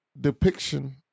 depiction